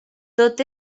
tot